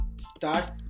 start